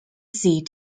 sea